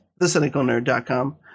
thecynicalnerd.com